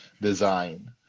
design